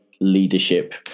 leadership